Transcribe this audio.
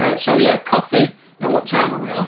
ah so yeah, coffee and what time are we on?